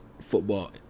football